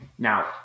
Now